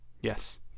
Yes